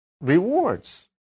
Rewards